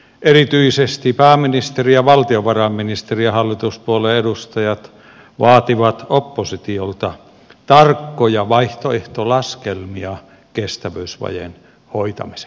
erityisesti pääministeri ja valtiovarainministeri ja hallituspuolueiden edustajat vaativat oppositiolta tarkkoja vaihtoehtolaskelmia kestävyysvajeen hoitamiseksi